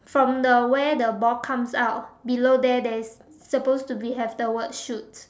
from the where the ball comes out below there there is supposed to be have the word shoot